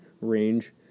range